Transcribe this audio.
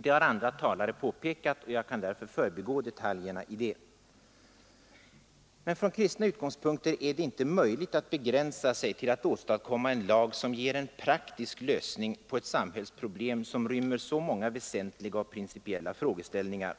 Det har andra talare påpekat, och jag kan därför förbigå detaljerna i det. Från kristna utgångspunkter är det emellertid inte möjligt att begränsa sig till att åstadkomma en lag som ger en praktisk lösning på ett samhällsproblem som rymmer så många väsentliga och principiella frågeställningar.